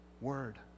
word